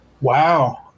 Wow